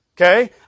Okay